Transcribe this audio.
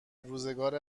روزگار